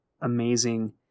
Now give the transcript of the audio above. amazing